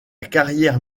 carrière